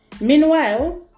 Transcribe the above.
Meanwhile